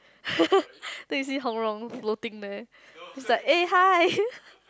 then you see Hong Rong floating there is like eh hi